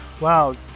Wow